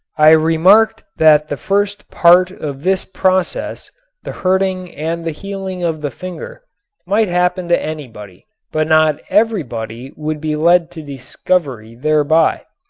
i remarked that the first part of this process the hurting and the healing of the finger might happen to anybody but not everybody would be led to discovery thereby.